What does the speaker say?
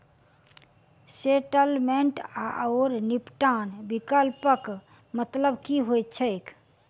Settlement आओर निपटान विकल्पक मतलब की होइत छैक?